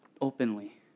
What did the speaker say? openly